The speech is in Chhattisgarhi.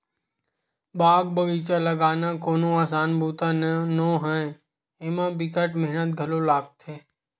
बाग बगिचा लगाना कोनो असान बूता नो हय, एमा बिकट मेहनत घलो लागथे